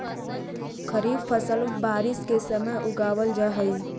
खरीफ फसल बारिश के समय उगावल जा हइ